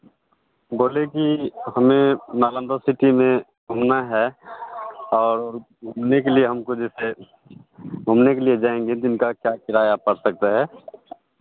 बोले की हमे नालंदा सिटी में घूमना है और घूमने के लिए हमको जैसे घूमने के लिए जाएंगे जिनका क्या किराया पर सकता है